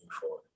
forward